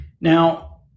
Now